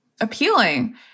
appealing